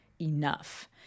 enough